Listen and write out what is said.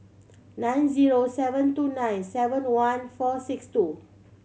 nine zero seven two nine seven one four six two